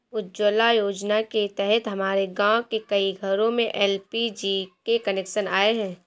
उज्ज्वला योजना के तहत हमारे गाँव के कई घरों में एल.पी.जी के कनेक्शन आए हैं